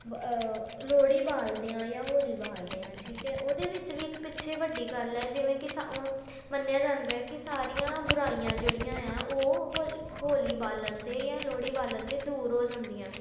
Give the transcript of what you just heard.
ਲੋਹੜੀ ਬਾਲਦੇ ਹਾਂ ਜਾਂ ਹੋਲੀ ਬਾਲਦੇ ਹਾਂ ਠੀਕ ਹੈ ਉਹਦੇ ਵਿੱਚ ਵੀ ਇੱਕ ਪਿੱਛੇ ਵੱਡੀ ਗੱਲ ਹੈ ਜਿਵੇਂ ਕਿ ਸ ਉਂ ਮੰਨਿਆ ਜਾਂਦਾ ਹੈ ਕਿ ਸਾਰੀਆਂ ਬੁਰਾਈਆਂ ਜਿਹੜੀਆਂ ਹੈ ਉਹ ਹੋ ਹੋਲੀ ਬਾਲਣ 'ਤੇ ਜਾਂ ਲੋਹੜੀ ਬਾਲਣ 'ਤੇ ਦੂਰ ਹੋ ਜਾਂਦੀਆਂ